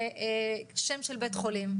שם של בית חולים,